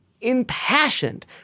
impassioned